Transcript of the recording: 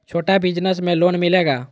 छोटा बिजनस में लोन मिलेगा?